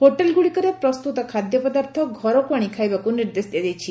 hotel ଗୁଡ଼ିକରେ ପ୍ରସ୍ତୁତ ଖାଦ୍ୟପଦାର୍ଥ ଘରକୁ ଆଣି ଖାଇବାକୁ ନିର୍ଦ୍ଦେଶ ଦିଆଯାଇଛି